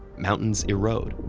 mountains erode,